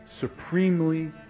supremely